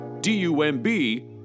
D-U-M-B